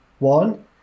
one